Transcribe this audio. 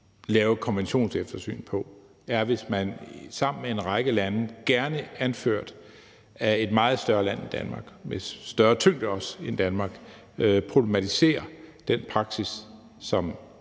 lave konventionseftersyn på, er, hvis man sammen med en række lande, gerne anført af et meget større land end Danmark, også med større tyngde end Danmark, problematiserer den praksis, som